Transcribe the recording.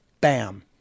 Bam